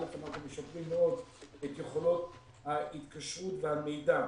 א' אנחנו משפרים מאוד את יכולות ההתקשרות והמידע,